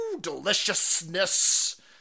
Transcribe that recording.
Deliciousness